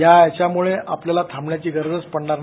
याव्यामुळे आपल्याला थांबण्याची गरजच पडणार नाही